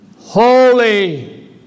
holy